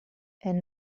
and